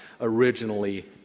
originally